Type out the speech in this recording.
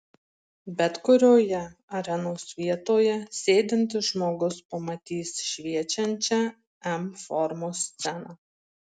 bet kurioje arenos vietoje sėdintis žmogus pamatys šviečiančią m formos sceną